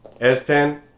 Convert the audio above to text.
S10